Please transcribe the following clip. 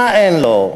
מה אין לו,